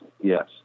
yes